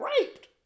raped